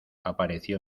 apareció